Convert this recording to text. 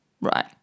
right